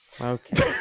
Okay